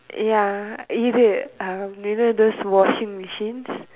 ya is it uh you know those washing machines